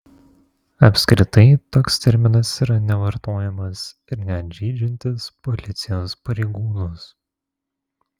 apskritai toks terminas yra nevartojamas ir net žeidžiantis policijos pareigūnus